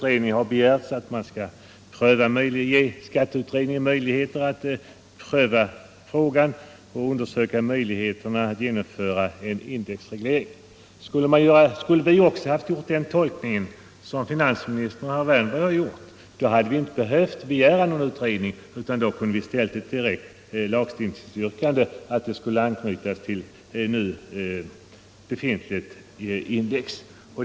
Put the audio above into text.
Vi har begärt att man skall ge skatteutredningen möjlighet att pröva frågan och undersöka möjligheterna att genomföra en indexreglering. Om vi hade tolkat vårt yrkande på samma sätt som finansministern och herr Wärnberg hade vi inte behövt begära en utredning utan i stället kunnat framställa ett lagstiftningsyrkande om anknytning till befintligt index.